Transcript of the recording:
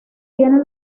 tiene